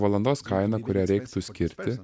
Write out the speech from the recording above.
valandos kaina kurią reiktų skirti